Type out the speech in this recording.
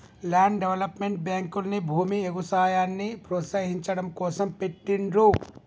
land development బ్యేంకుల్ని భూమి, ఎగుసాయాన్ని ప్రోత్సహించడం కోసం పెట్టిండ్రు